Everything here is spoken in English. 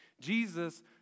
Jesus